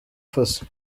faso